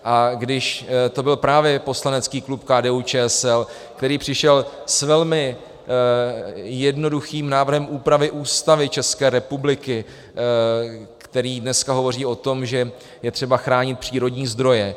A když to byl právě poslanecký klub KDUČSL, který přišel s velmi jednoduchým návrhem Ústavy České republiky, který dneska hovoří o tom, že je třeba chránit přírodní zdroje.